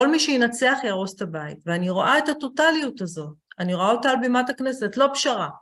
כל מי שינצח יהרוס את הבית, ואני רואה את הטוטאליות הזו, אני רואה אותה על בימת הכנסת, לא פשרה.